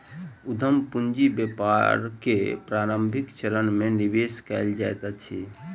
उद्यम पूंजी व्यापार के प्रारंभिक चरण में निवेश कयल जाइत अछि